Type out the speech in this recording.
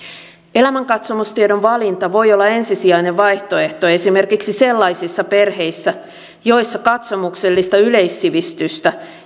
elämänkatsomustiedon valinta voi olla ensisijainen vaihtoehto esimerkiksi sellaisissa perheissä joissa katsomuksellista yleissivistystä